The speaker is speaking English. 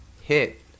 hit